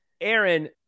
Aaron